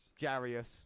Jarius